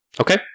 Okay